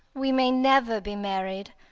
we may never be married.